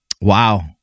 Wow